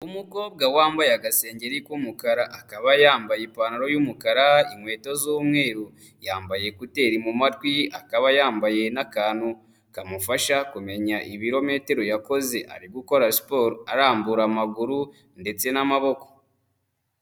Umukobwa wambaye agasengeri k'umukara, akaba yambaye ipantaro y'umukara, inkweto z'umweru, yambaye ekuteri mu matwi; akaba yambaye n'akantu kamufasha kumenya ibirometero yakoze; ari gukora siporo arambura amaguru ndetse n'amaboko.